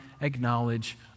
acknowledge